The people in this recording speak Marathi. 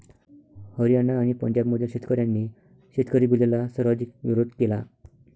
हरियाणा आणि पंजाबमधील शेतकऱ्यांनी शेतकरी बिलला सर्वाधिक विरोध केला